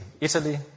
Italy